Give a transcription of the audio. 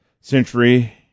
century